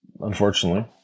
Unfortunately